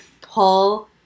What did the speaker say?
pull